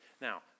Now